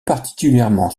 particulièrement